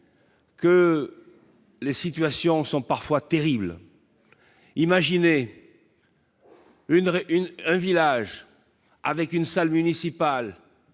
Que les situations sont parfois terribles imaginez. Et. Une une un village avec une salle municipale,